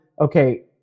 okay